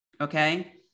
okay